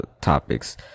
topics